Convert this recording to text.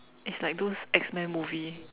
it's like those X men movie